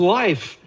life